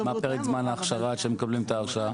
מה פרק זמן ההכשרה עד שהם מקבלים את ההרשאה?